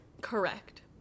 Correct